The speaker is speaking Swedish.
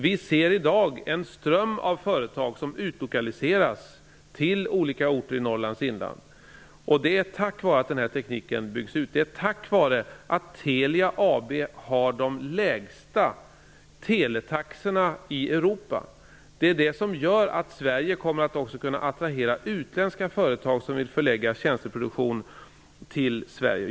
Vi ser i dag en ström av företag som utlokaliseras till olika orter i Norrlands inland. Det är tack vare att tekniken byggs ut, och det är tack vare att Telia AB har de lägsta teletaxorna i Europa. Det är det som gör att Sverige kommer att också kunna attrahera utländska företag som vill förlägga tjänsteproduktion till Sverige.